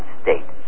state